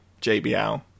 JBL